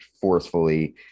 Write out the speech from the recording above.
forcefully